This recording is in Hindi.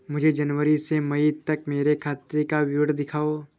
मुझे जनवरी से मई तक मेरे खाते का विवरण दिखाओ?